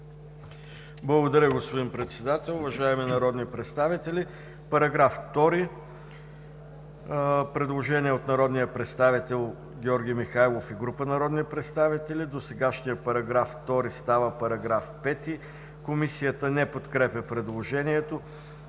Благодаря, господин Председател. Уважаеми народни представители, § 2. Предложение от народния представител Георги Михайлов и група народни представители – досегашният § 2 става § 5. Комисията не подкрепя предложението.